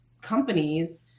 companies